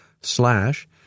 slash